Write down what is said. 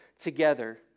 together